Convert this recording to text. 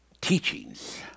teachings